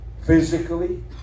physically